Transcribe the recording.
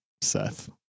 Seth